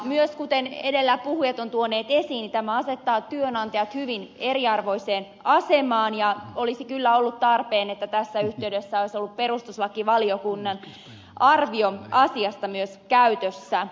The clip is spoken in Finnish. myös kuten edellä puhujat ovat tuoneet esiin tämä asettaa työnantajat hyvin eriarvoiseen asemaan ja olisi kyllä ollut tarpeen että tässä yhtey dessä olisi ollut perustuslakivaliokunnan arvio asiasta myös käytössä